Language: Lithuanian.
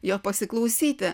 jo pasiklausyti